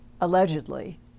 allegedly